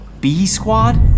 B-Squad